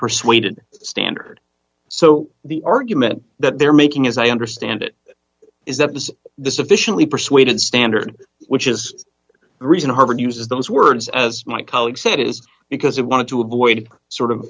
persuaded standard so the argument that they're making as i understand it is that was the sufficiently persuaded standard which is the reason harvard uses those words as my colleague said it was because it wanted to avoid sort of